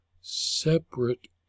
separate